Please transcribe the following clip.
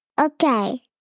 Okay